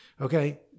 Okay